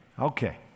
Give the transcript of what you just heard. Okay